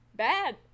bad